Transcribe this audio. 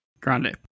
Grande